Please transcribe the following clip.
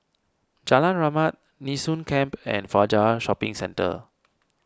Jalan Rahmat Nee Soon Camp and Fajar Shopping Centre